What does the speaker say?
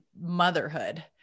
motherhood